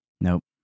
Nope